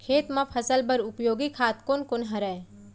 खेत म फसल बर उपयोगी खाद कोन कोन हरय?